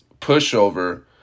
pushover